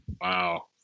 Wow